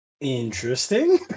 Interesting